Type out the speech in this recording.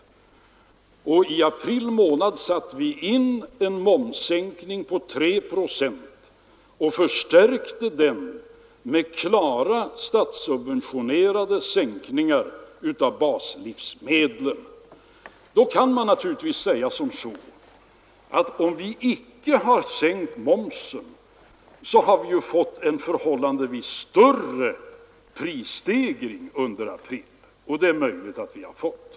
I april månad satte vi som bekant in en momssänkning på 3 procent och förstärkte den med statssubventionerade prissänkningar på baslivsmedlen. Man kan naturligtvis säga att vi, om vi icke hade sänkt momsen, hade fått en förhållandevis större prisstegring under april, och det är möjligt att vi hade fått det.